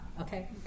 okay